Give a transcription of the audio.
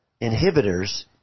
inhibitors